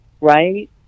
Right